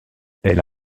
elle